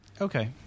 okay